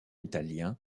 italiens